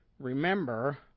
Remember